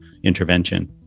intervention